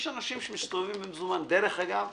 יש אנשים שמסתובבים עם מזומן, דרך אגב,